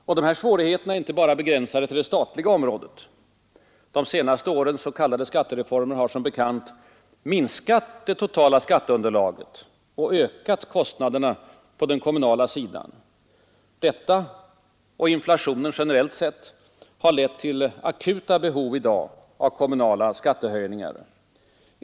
Och de här svårigheterna är inte bara begränsade till det statliga området. De senaste årens s.k. skattereformer har som bekant minskat det totala skatteunderlaget och ökat kostnaderna på den kommunala sidan. Detta och inflationen generellt sett har lett till akuta behov i dag av kommunala skattehöjningar.